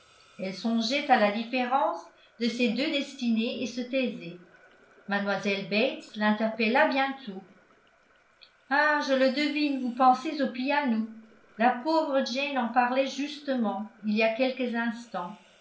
elle songeait à la différence de ces deux destinées et se taisait mlle bates l'interpella bientôt ah je le devine vous pensez au piano la pauvre jane en parlait justement il y a quelques instants